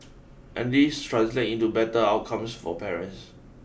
and this translate into better outcomes for parents